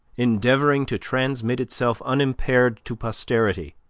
endeavoring to transmit itself unimpaired to posterity,